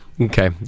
Okay